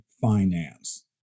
finance